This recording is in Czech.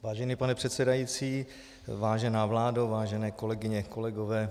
Vážený pane předsedající, vážená vládo, vážené kolegyně, kolegové.